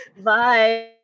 Bye